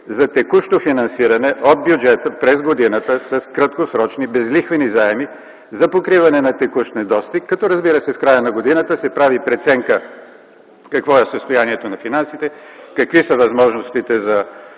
за текущо финансиране от бюджета през годината с краткосрочни безлихвени заеми за покриване на текущ недостиг като, разбира се, в края на годината се прави преценка какво е състоянието на финансите, какви са възможностите за